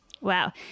Wow